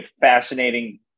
fascinating